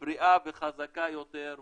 בריאה וחזקה יותר,